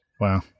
Wow